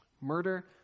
Murder